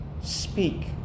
speak